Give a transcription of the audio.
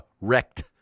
Wrecked